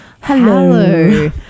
Hello